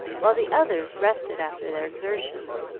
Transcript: while the others rested after their exertions,